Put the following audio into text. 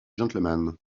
gentleman